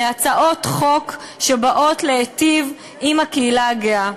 על הצעות חוק שבאות להיטיב עם הקהילה הגאה.